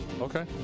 Okay